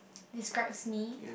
describes me